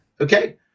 okay